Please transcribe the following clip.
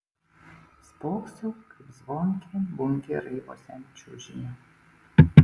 spoksau kaip zvonkė bunkė raivosi ant čiužinio